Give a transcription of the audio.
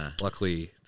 luckily